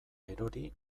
erori